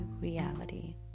reality